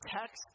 text